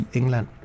England